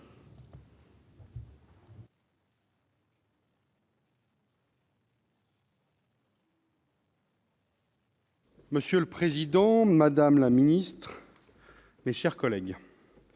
Monsieur le président, madame la ministre, mes chers collègues,